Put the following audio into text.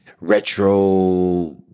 retro